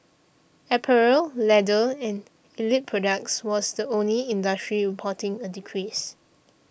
apparel leather and allied products was the only industry reporting a decrease